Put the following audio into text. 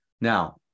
Now